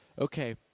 Okay